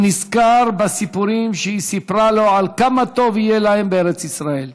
הוא נזכר בסיפורים שהיא סיפרה לו על כמה טוב יהיה להם בארץ ישראל,